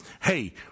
hey